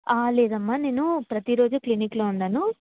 లేదమ్మా నేను ప్రతిరోజు క్లినిక్లో ఉండను